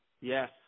Yes